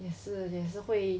也是也是会